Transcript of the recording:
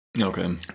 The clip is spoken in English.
Okay